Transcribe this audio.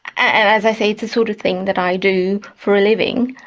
as i say, it's the sort of thing that i do for a living,